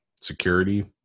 security